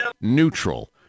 neutral